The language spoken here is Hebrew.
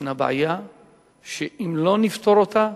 ישנה בעיה שאם לא נפתור אותה,